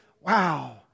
wow